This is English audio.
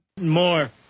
More